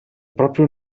proprio